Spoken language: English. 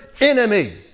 enemy